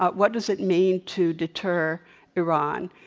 but what does it mean to deter iran?